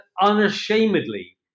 unashamedly